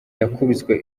yakubiswe